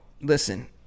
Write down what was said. listen